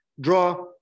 draw